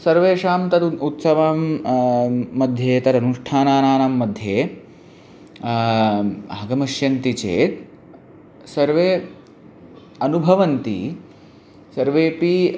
सर्वेषां तद् उत्सवं मध्ये तदनुष्ठानानां मध्ये आगमष्यन्ति चेत् सर्वे अनुभवन्ति सर्वेपि